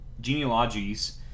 genealogies